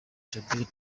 djabel